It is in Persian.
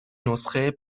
نسخه